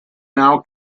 now